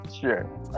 sure